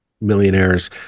millionaires